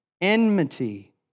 enmity